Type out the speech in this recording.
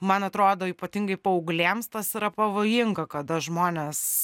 man atrodo ypatingai paauglėms tas yra pavojinga kada žmonės